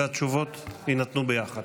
והתשובות תינתנה ביחד.